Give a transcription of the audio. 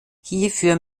hierfür